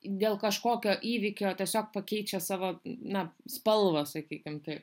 dėl kažkokio įvykio tiesiog pakeičia savo na spalvą sakykim taip